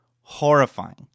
horrifying